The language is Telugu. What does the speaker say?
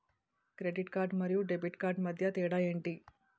క్రెడిట్ కార్డ్ మరియు డెబిట్ కార్డ్ మధ్య తేడా ఎంటి?